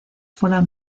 fueron